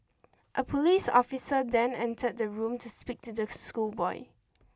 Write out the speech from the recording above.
a police officer then entered the room to speak to the schoolboy